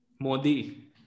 modi